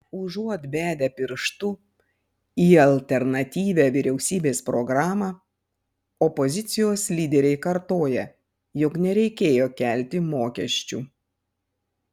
užuot bedę pirštu į alternatyvią vyriausybės programą opozicijos lyderiai kartoja jog nereikėjo kelti mokesčių